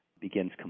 begins